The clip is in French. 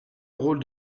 rôle